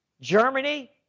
Germany